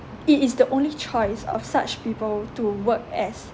it is the only choice of such people to work as